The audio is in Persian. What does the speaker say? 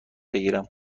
بگیرم